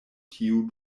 tiu